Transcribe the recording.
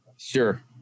Sure